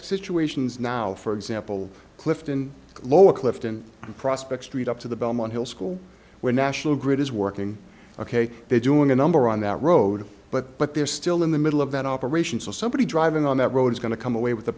situations now for example clifton lower clifton prospect street up to the belmont hill school where national grid is working ok they're doing a number on that road but but they're still in the middle of that operation so somebody driving on that road is going to come away with the